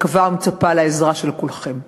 מקווה ומצפה לעזרה של כולכם.